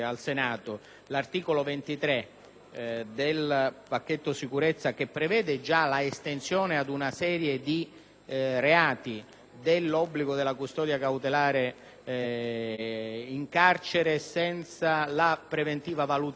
del pacchetto sicurezza, che già prevede l'estensione ad una serie di reati dell'obbligo della custodia cautelare in carcere senza la preventiva valutazione della sussistenza delle esigenze cautelari,